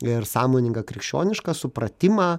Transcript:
ir sąmoningą krikščionišką supratimą